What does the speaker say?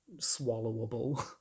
swallowable